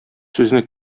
сүзне